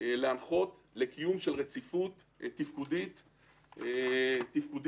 להנחות לקיום של רציפות תפקודית לאומית.